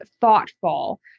thoughtful